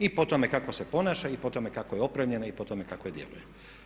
I po tome kako se ponaša i po tome kako je opremljena i po tome kako djeluje.